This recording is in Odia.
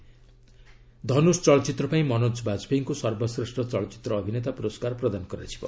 'ଧନୁଷ୍' ଚଳଚ୍ଚିତ୍ର ପାଇଁ ମନୋଜ ବାଜପେୟୀଙ୍କୁ ସର୍ବଶ୍ରେଷ୍ଠ ଚଳଚ୍ଚିତ୍ର ଅଭିନେତା ପୁରସ୍କାର ପ୍ରଦାନ କରାଯିବ